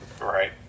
right